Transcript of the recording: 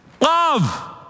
Love